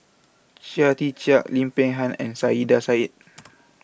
Chia Tee Chiak Lim Peng Han and Saiedah Said